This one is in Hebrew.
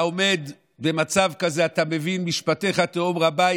אתה עומד במצב כזה, ואתה מבין, "משפטך תהום רבה".